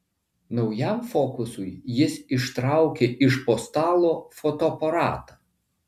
naujam fokusui jis ištraukė iš po stalo fotoaparatą